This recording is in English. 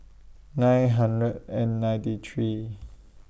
nine hundred and ninety three